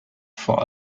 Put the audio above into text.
vor